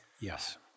Yes